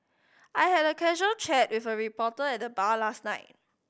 I had a casual chat with a reporter at the bar last night